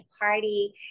party